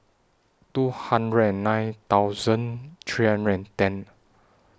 two hundred nine thousand three hundred and ten